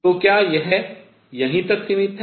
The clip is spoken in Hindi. तो क्या यह यहीं तक सीमित है